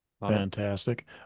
Fantastic